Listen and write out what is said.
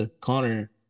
Connor